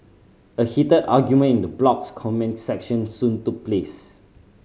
a heated argument in the blog's comment section soon took place